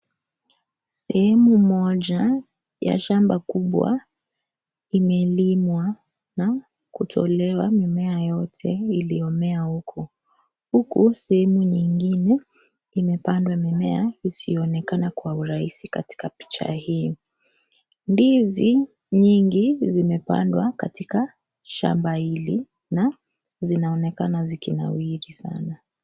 Sehemu moja ya shamba kubwa imelimwa na kutolewa mimea yote iliyomea huko, huku sehemu nyingine limepandwa mimea isiyoonekana kwa urahisi katika picha hii. Ndizi nyingi zimepandwa katika shamba hili na zinaonekana zikinawiri sana.